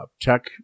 tech